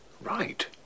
Right